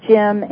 Jim